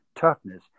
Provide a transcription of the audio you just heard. Toughness